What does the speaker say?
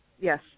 Yes